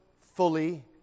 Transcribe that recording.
fully